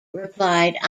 replied